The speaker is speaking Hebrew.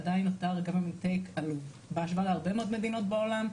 עדיין נותר government take עלוב בהשוואה להרבה מאוד מדינות בעולם.